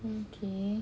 okay